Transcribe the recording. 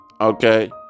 okay